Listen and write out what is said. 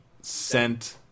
sent